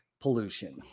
pollution